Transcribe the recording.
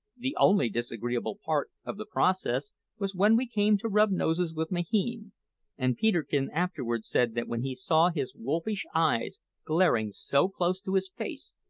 the only disagreeable part of the process was when we came to rub noses with mahine and peterkin afterwards said that when he saw his wolfish eyes glaring so close to his face,